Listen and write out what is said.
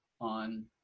on